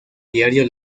diario